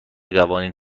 قوانین